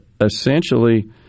essentially